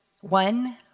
One